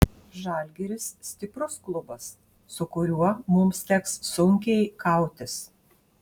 žalgiris stiprus klubas su kuriuo mums teks sunkiai kautis